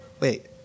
wait